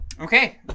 Okay